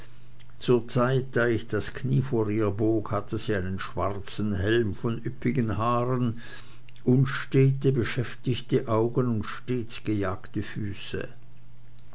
zur zeit da ich das knie vor ihr bog hatte sie einen schwarzen helm von üppigen haaren unstete beschäftigte augen und stets gejagte füße